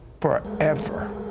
forever